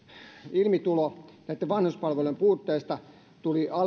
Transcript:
ilmitulo vanhuspalvelujen puutteista tuli